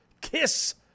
Kiss